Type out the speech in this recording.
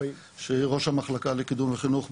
שהיא ראש המחלקה לקידום חינוך,